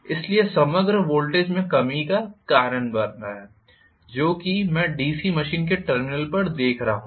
इसलिए यह समग्र वोल्टेज में कमी का कारण बन रहा है जो कि मैं डीसी मशीन के टर्मिनल पर देख रहा हूं